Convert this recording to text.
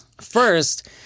first